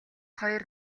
хоёр